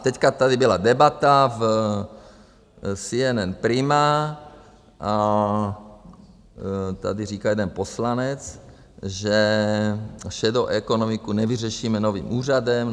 A teď tady byla debata v CNN Prima a tady říká jeden poslanec, že šedou ekonomiku nevyřešíme novým úřadem.